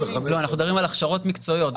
לא, אנחנו מדברים על הכשרות מקצועיות.